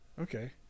Okay